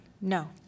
No